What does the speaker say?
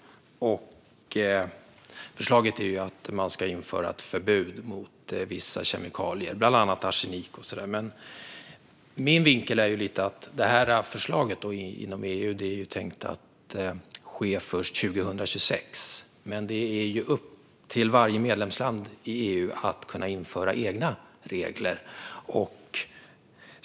Förslaget är att man ska införa ett förbud mot vissa kemikalier, bland annat arsenik. Min vinkel är att det som föreslås inom EU är tänkt att ske först 2026, men det är upp till varje medlemsland att införa egna regler.